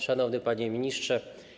Szanowny Panie Ministrze!